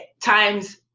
times